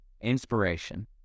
inspiration